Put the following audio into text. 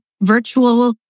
virtual